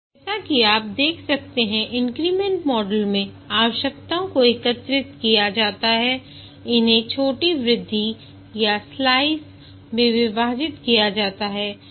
जैसा कि आप देख सकते है इन्क्रीमेंट मॉडल में आवश्यकताओं को एकत्र किया जाता है इन्हें छोटी वृद्धि या स्लाइस में विभाजित किया जाता है